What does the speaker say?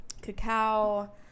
cacao